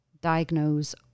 diagnose